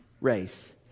race